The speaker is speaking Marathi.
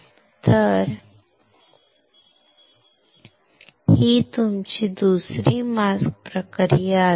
तर ही तुमची दुसरी मास्क प्रक्रिया असेल